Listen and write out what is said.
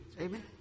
Amen